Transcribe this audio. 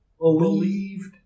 believed